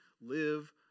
live